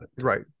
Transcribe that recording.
right